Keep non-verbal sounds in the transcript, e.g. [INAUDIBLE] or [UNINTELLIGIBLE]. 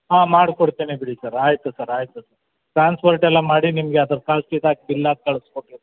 ಹಾಂ ಮಾಡಿಕೊಡ್ತೇನೆ ಬಿಡಿ ಸರ್ ಆಯಿತು ಸರ್ ಆಯಿತು ಟ್ರಾನ್ಸ್ಪೋರ್ಟ್ ಎಲ್ಲ ಮಾಡಿ ನಿಮಗೆ ಅದ್ರ [UNINTELLIGIBLE] ಬಿಲ್ ಹಾಕಿ ಕಳ್ಸಿಕೊಟ್ಟಿರ್ತೀನಿ